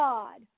God